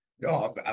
No